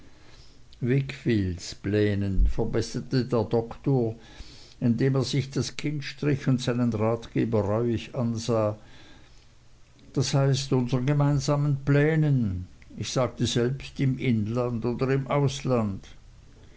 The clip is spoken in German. wickfields plänen verbesserte der doktor indem er sich das kinn strich und seinen ratgeber reuig ansah das heißt unsern gemeinsamen plänen ich sagte selbst im inland oder im ausland